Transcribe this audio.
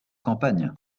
campagne